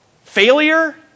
Failure